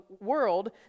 world